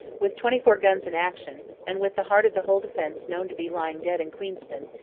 with twenty-four guns in action, and with the heart of the whole defence known to be lying dead in queenston,